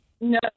No